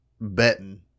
betting